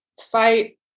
fight